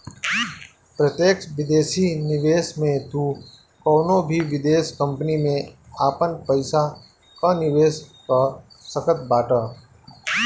प्रत्यक्ष विदेशी निवेश में तू कवनो भी विदेश कंपनी में आपन पईसा कअ निवेश कअ सकत बाटअ